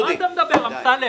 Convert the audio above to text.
על מה אתה מדבר, אמסלם?